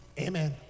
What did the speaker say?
Amen